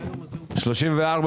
הפנייה אושרה.